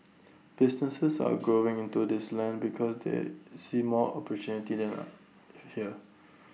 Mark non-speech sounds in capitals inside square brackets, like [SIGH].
businesses are [NOISE] going into this land because they see more opportunities there here